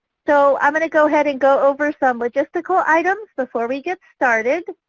so i'm going to go ahead and go over some logistical items before we get started.